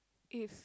is